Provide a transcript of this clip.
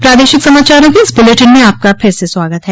प्रादेशिक समाचारों के इस बुलेटिन में आपका फिर से स्वागत है